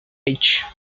edge